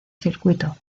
circuito